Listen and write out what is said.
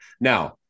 Now